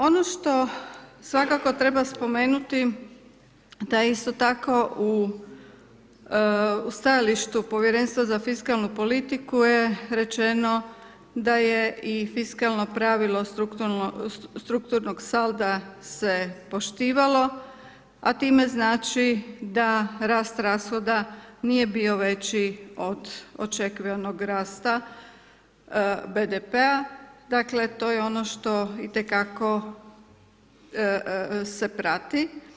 Ono što svakako treba spomenuti da je isto tako u stajalištu Povjerenstva za fiskalnu politiku je rečeno da je i fiskalno pravilo strukturnog salda se poštivalo a time znači da rast rashoda nije bio veći od očekivanog rasta BDP-a dakle to je ono što itekako se prati.